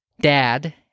dad